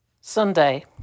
Sunday